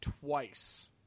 twice